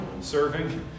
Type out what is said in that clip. serving